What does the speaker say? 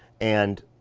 and,